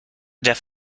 der